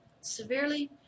severely